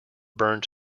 burned